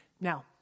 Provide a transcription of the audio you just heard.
Now